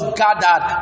gathered